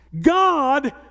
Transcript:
God